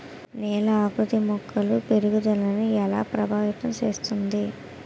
నేల ఆకృతి మొక్కల పెరుగుదలను ఎలా ప్రభావితం చేస్తుంది?